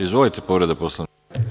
Izvolite, povreda poslovnika.